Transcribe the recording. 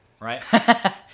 Right